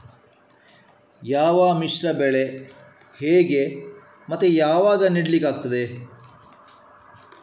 ಯಾವ ಮಿಶ್ರ ಬೆಳೆ ಹೇಗೆ ಮತ್ತೆ ಯಾವಾಗ ನೆಡ್ಲಿಕ್ಕೆ ಆಗ್ತದೆ?